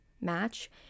match